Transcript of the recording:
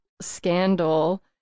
scandal